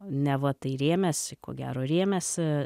neva tai rėmėsi ko gero rėmėsi